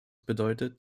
bedeutet